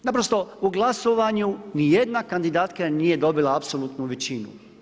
Naprosto u glasovanju ni jedna kandidatkinja nije dobila apsolutnu većinu.